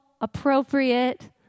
appropriate